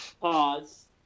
Pause